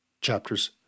chapters